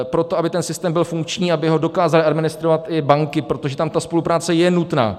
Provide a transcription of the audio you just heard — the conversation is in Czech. Proto, aby ten systém byl funkční, aby ho dokázaly administrovat i banky, protože tam ta spolupráce je nutná.